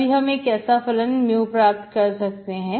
तभी हम एक ऐसा mu प्राप्त कर सकते हैं